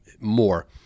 more